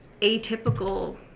atypical